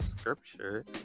scripture